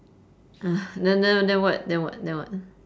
then then then what then what then what